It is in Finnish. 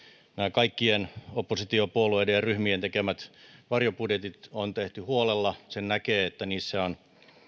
kaikkien oppositiopuolueiden ja ryhmien tekemät varjobudjetit on tehty huolella sen näkee että